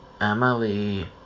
Emily